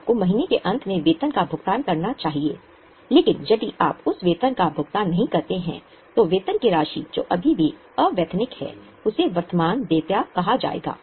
आपको महीने के अंत में वेतन का भुगतान करना चाहिए लेकिन यदि आप उस वेतन का भुगतान नहीं करते हैं तो वेतन की राशि जो अभी भी अवैतनिक है उसे वर्तमान देयता कहा जाएगा